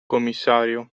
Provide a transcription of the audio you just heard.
commissario